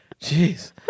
Jeez